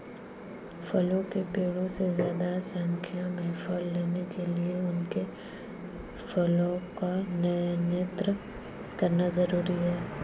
फलों के पेड़ों से ज्यादा संख्या में फल लेने के लिए उनके फैलाव को नयन्त्रित करना जरुरी है